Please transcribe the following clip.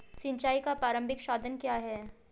सिंचाई का प्रारंभिक साधन क्या है?